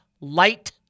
light